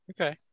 Okay